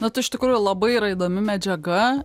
na tai iš tikrųjų labai yra įdomi medžiaga